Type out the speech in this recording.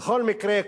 בכל מקרה,